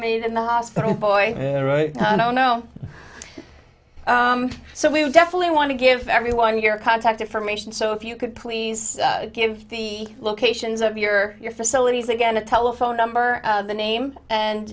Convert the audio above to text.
made in the hospital boy i don't know so we definitely want to give everyone your contact information so if you could please give the locations of your your facilities again a telephone number the name and